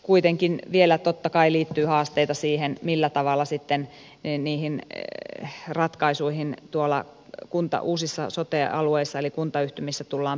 kuitenkin vielä totta kai liittyy haasteita siihen millä tavalla sitten niihin ratkaisuihin tuolla uusilla sote alueilla eli kuntayhtymissä tullaan pääsemään